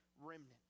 remnant